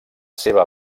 seva